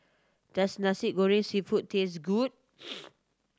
does Nasi Goreng Seafood taste good